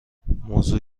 موضوع